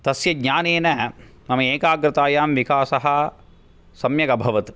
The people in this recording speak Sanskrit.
तस्य ज्ञानेन मम एकाग्रतायां विकासः सम्यक् अभवत्